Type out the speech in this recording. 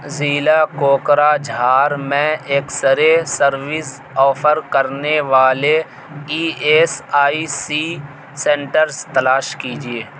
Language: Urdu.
ضلع کوکراجھار میں ایکسرے سروس آفر کرنے والے E S I C centres تلاش کیجیے